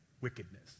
wickedness